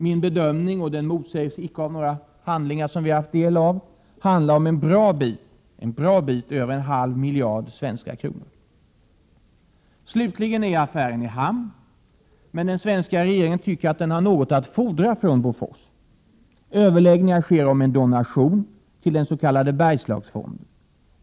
Min bedömning är — och den motsägs icke i någon av de handlingar som vi har tagit del av — att det handlar om en bra bit över en halv miljard svenska kronor. Slutligen är affären i hamn. Men den svenska regeringen tycker att den har något att fordra från Bofors. Överläggningar sker om en donation till den s.k. Bergslagsfonden.